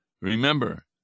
remember